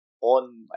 on